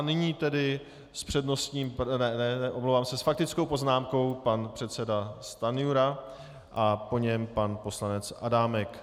Nyní tedy s přednostním ne, ne, omlouvám se, s faktickou poznámkou pan předseda Stanjura a po něm pan poslanec Adámek.